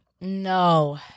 No